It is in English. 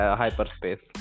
hyperspace